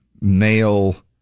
male